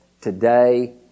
Today